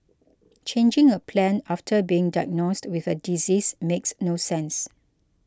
changing a plan after being diagnosed with a disease makes no sense